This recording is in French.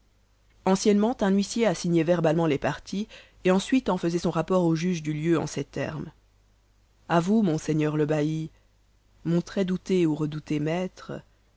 anciennement un huissier assignait verbalement les parties et ensuite en faisait son rapport au juge du lieu en ces termes a vous monseigneur le bailly mon très douté ou redouté maître